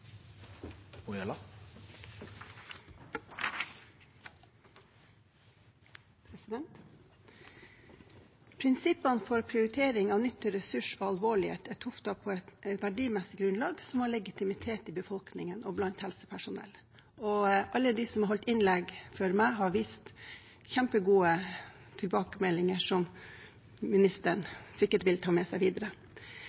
på et verdimessig grunnlag som har legitimitet i befolkningen og blant helsepersonell, og alle de som har holdt innlegg før meg, har vist kjempegode tilbakemeldinger, som ministeren